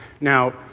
Now